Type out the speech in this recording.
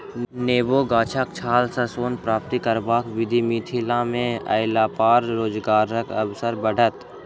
नेबो गाछक छाल सॅ सोन प्राप्त करबाक विधि मिथिला मे अयलापर रोजगारक अवसर बढ़त